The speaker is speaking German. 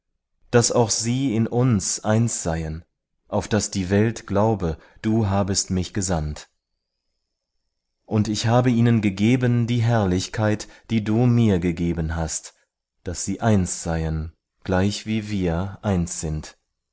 daß auch sie in uns eins seien auf daß die welt glaube du habest mich gesandt und ich habe ihnen gegeben die herrlichkeit die du mir gegeben hast daß sie eins seien gleichwie wir eins sind